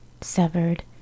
severed